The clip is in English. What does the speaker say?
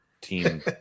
team